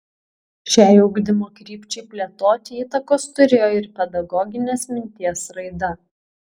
šiai ugdymo krypčiai plėtoti įtakos turėjo ir pedagoginės minties raida